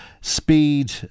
speed